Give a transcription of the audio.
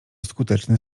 skuteczny